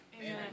Amen